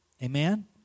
Amen